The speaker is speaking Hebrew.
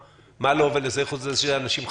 מה לו ולזה, חוץ מזה שיש שם אנשים חכמים?